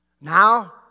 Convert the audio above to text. Now